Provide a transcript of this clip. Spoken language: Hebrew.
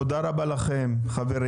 תודה רבה לכם חברים.